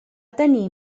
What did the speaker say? tenir